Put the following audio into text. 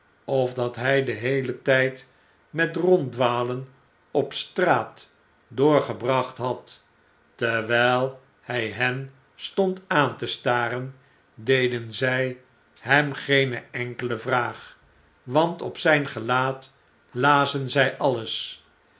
of dat hij den heelen tfld met ronddwalen op straat doorgebracht had terwyl hy hen stond aan te staren deden zy hem geene enkele vraag want op zijn gelaat lazen zy alles